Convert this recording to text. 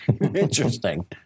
Interesting